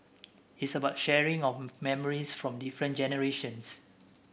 it's about sharing of memories from different generations